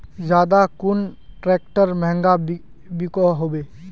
ज्यादा कुन ट्रैक्टर महंगा बिको होबे?